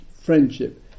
friendship